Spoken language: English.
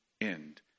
end